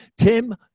Tim